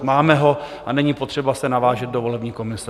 Máme ho a není potřeba se navážet do volební komise.